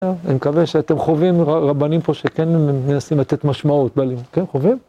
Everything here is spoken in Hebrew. אני מקווה שאתם חווים רבנים פה שכן מנסים לתת משמעות, כן חווים?